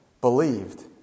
believed